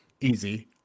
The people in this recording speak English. Easy